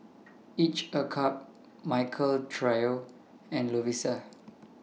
Each A Cup Michael Trio and Lovisa